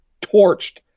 torched